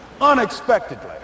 unexpectedly